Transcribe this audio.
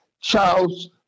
Charles